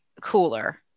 cooler